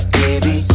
baby